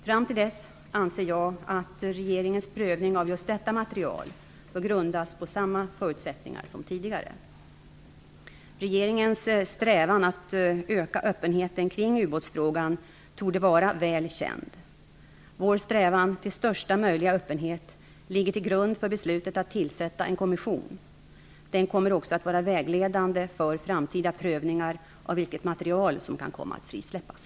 Fram till dess anser jag att regeringens prövning av just detta material bör grundas på samma förutsättningar som tidigare. Regeringens strävan att öka öppenheten kring utbåtsfrågan torde vara väl känd. Vår strävan till största möjliga öppenhet ligger till grund för beslutet att tillsätta en kommission. Den kommer också att vara vägledande för framtida prövningar av vilket material som kan frisläppas.